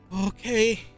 Okay